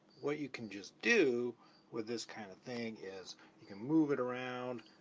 what you can just do with this kind of thing is you can move it around.